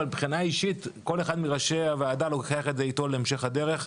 אבל מבחינה אישית כל אחד מראשי הוועדה לוקח את זה איתו להמשך הדרך.